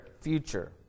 future